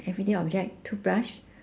everyday object toothbrush